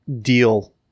deal